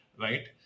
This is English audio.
right